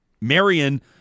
Marion